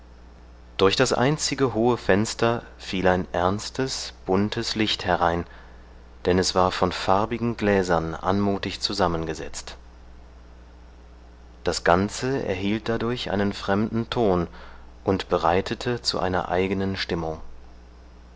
durch das einzige hohe fenster fiel ein ernstes buntes licht herein denn es war von farbigen gläsern anmutig zusammengesetzt das ganze erhielt dadurch einen fremden ton und bereitete zu einer eigenen stimmung